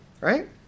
right